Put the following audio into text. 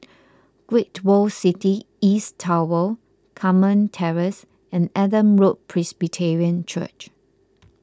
Great World City East Tower Carmen Terrace and Adam Road Presbyterian Church